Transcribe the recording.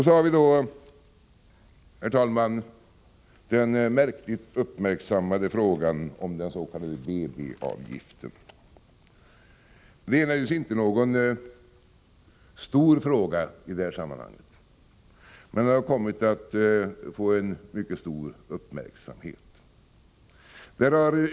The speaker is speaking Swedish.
Så har vi då, herr talman, den egendomligt uppmärksammade frågan om den s.k. BB-avgiften. Det är naturligtvis inte någon stor fråga i detta sammanhang, men den har kommit att få en avsevärd uppmärksamhet.